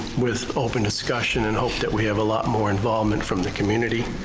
with open discussion and hope that we have a lot more involvement from the community.